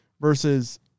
versus